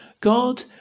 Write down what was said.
God